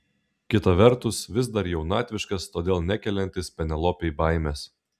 kita vertus vis dar jaunatviškas todėl nekeliantis penelopei baimės